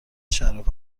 شراب